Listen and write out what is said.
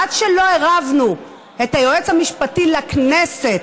ועד שלא עירבנו את היועץ המשפטי לכנסת,